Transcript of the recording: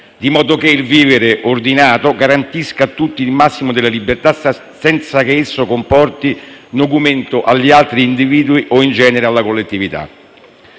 di modo che il vivere ordinato garantisca a tutti il massimo della libertà, senza che essa comporti nocumento agli altri individui o in genere alla collettività.